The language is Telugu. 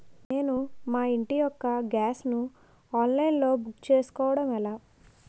నేను మా ఇంటి యెక్క గ్యాస్ ను ఆన్లైన్ లో బుక్ చేసుకోవడం ఎలా?